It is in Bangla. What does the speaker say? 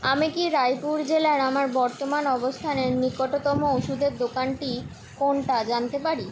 আমি কি রায়পুর জেলার আমার বর্তমান অবস্থানের নিকটতম ওষুধের দোকানটি কোনটা জানতে পারি